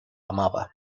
amaba